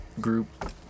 group